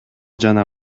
жана